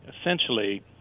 Essentially